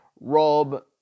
Rob